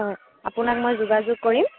হয় আপোনাক মই যোগাযোগ কৰিম